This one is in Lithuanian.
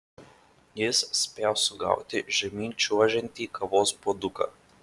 jis spėjo sugauti žemyn čiuožiantį kavos puoduką